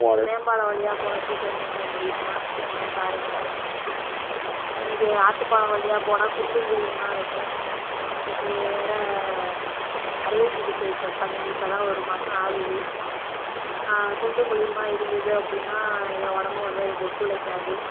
இந்த மேம்பாலம் வழியாக போனால் சீக்கிரமாக போகமுடியுமா என்னென்னு பாருங்க இ இங்கே ஆற்று பாலம் வழியாக போனால் குண்டும் குழியுமாக இருக்கும் எனக்கு வேறு அறுவை சிகிச்சை இப்போ பண்ணி இப்போ தான் ஒரு மாசம் ஆகுது குண்டும் குழியுமாக இருந்தது அப்படின்னா என் உடம்பு வந்து அதுக்கு ஒத்துழைக்காது